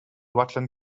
rutland